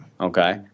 okay